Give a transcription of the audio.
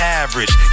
average